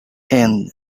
and